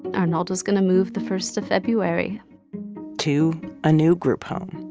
arnaldo's going to move the first of february to a new group home.